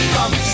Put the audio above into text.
Come